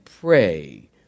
pray